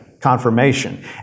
confirmation